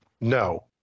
no